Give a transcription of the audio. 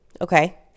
Okay